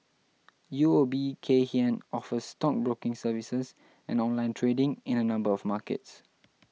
U O B Kay Hian offers stockbroking services and online trading in a number of markets